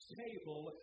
table